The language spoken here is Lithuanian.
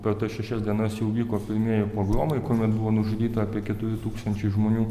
per tas šešias dienas jau vyko pirmieji pogromai kuomet buvo nužudyta apie keturi tūkstančiai žmonių